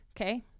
Okay